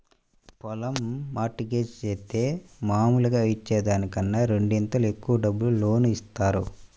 పొలం mortgage జేత్తే మాములుగా ఇచ్చే దానికన్నా రెండింతలు ఎక్కువ డబ్బులు లోను ఇత్తారు